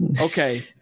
Okay